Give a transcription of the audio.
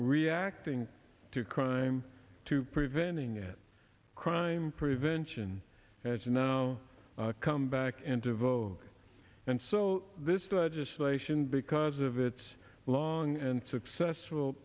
reacting to crime to preventing it crime prevention has now come back and devote and so this legislation because of its long and successful